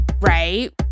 Right